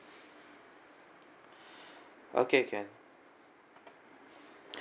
okay can